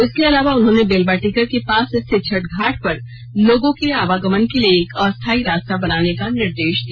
इसके अलावा उन्होंने बेलवा टिकर पम्पुकल के पास स्थित छठ घाट पर लोगों के आवागमन के लिए एक अस्थायी रास्ता बनाने का निर्देश दिया